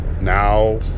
now